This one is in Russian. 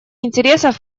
интересов